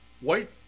white